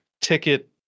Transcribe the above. ticket